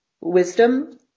wisdom